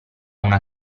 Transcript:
una